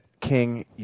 King